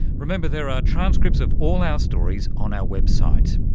remember there are transcripts of all our stories on our website.